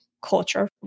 culture